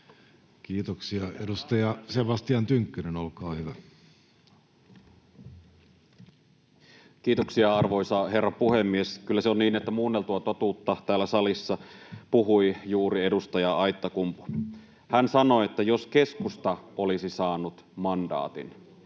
Kiitoksia. — Edustaja Sebastian Tynkkynen, olkaa hyvä. Kiitoksia, arvoisa herra puhemies! Kyllä se on niin, että muunneltua totuutta täällä salissa puhui juuri edustaja Aittakumpu. Hän sanoi, että ”jos keskusta olisi saanut mandaatin”.